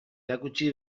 erakutsi